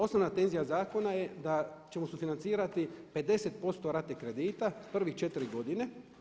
Osnovna tenzija zakona je da ćemo sufinancirati 50% rate kredita prvih 4 godine.